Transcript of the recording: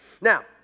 Now